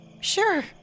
Sure